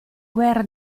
guerra